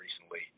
recently